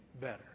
better